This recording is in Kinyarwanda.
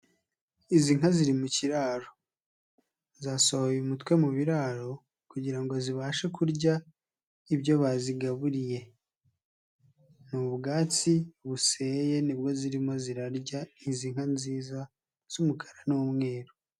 Izi nka ziri mu kiraro zasohoye umutwe mu biraro kugira ngo zibashe kurya ibyo bazigaburiye, ni ubwatsi buseye ni bwo zirimo zirarya, izi nka nziza z'umukara n'umweru.